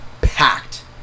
packed